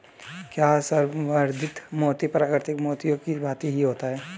क्या संवर्धित मोती प्राकृतिक मोतियों की भांति ही होता है?